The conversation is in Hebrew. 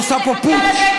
אתה השופט?